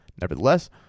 nevertheless